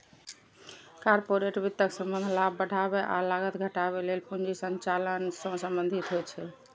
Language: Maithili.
कॉरपोरेट वित्तक संबंध लाभ बढ़ाबै आ लागत घटाबै लेल पूंजी संचालन सं संबंधित होइ छै